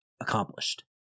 accomplished